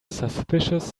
suspicious